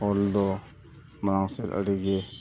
ᱚᱞ ᱫᱚ ᱢᱟᱲᱟᱝ ᱥᱮᱫ ᱟᱹᱰᱤᱜᱮ